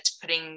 putting